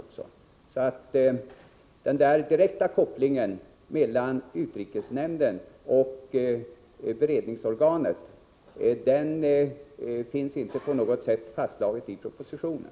Någon direkt koppling mellan utrikesnämnden och beredningsorganet finns alltså inte på något sätt fastslagen i propositionen.